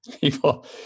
people